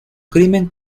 crimen